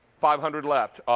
five hundred left.